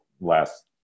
last